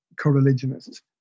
co-religionists